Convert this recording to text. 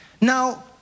Now